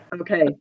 Okay